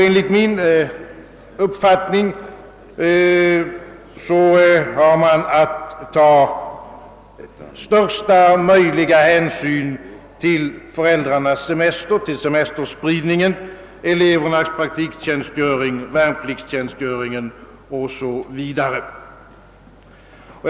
Enligt min uppfattning har man att ta största möjliga hänsyn till föräldrarnas semester, till semesterspridningen, till elevernas praktiktjänstgöring, till värnpliktstjänstgöringen och andra sådana frågor.